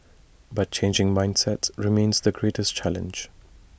but changing mindsets remains the greatest challenge